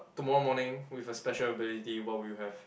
tomorrow morning with a special ability what would you have